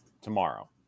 tomorrow